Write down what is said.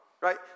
right